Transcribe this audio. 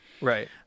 right